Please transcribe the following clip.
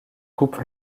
coupe